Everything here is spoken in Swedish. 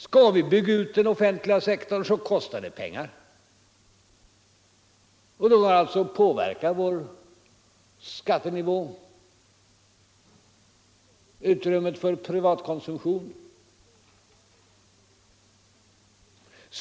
Skall vi bygga ut den offentliga sektorn kostar det pengar, och det påverkar alltså skattenivån och utrymmet för privat konsumtion.